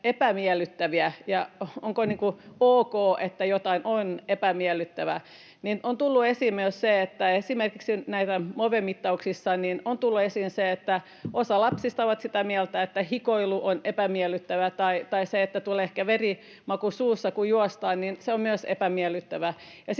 epämiellyttäviä, ja onko ok, että jokin on epämiellyttävää: Esimerkiksi näissä Move-mittauksissa on tullut esiin, että osa lapsista on sitä mieltä, että hikoilu on epämiellyttävää, tai se, että tulee ehkä veren maku suuhun, kun juostaan, on myös epämiellyttävää.